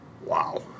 Wow